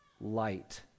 light